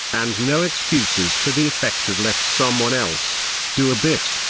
and no excuses to the effect of let someone else do a bit,